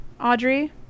audrey